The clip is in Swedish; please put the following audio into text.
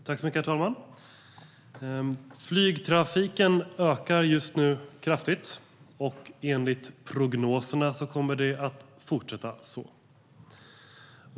Herr talman! Flygtrafiken ökar just nu kraftigt. Enligt prognoserna kommer det att fortsätta så.